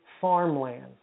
farmland